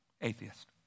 Atheist